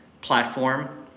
platform